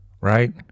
right